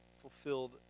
fulfilled